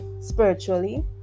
spiritually